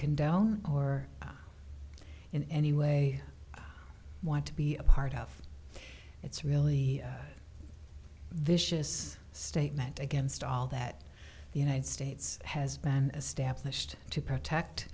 condone or in any way want to be a part of it's really vicious statement against all that the united states has been established to protect